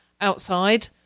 outside